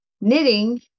Knitting